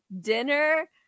dinner